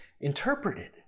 interpreted